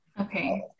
okay